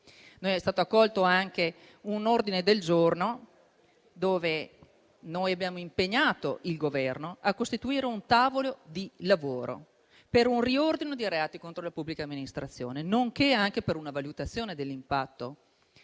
È stato accolto un nostro ordine del giorno con cui abbiamo impegnato il Governo a costituire un tavolo di lavoro per un riordino dei reati contro le pubbliche amministrazioni, nonché per una valutazione dell'impatto